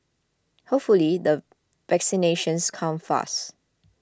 hopefully the vaccinations come fast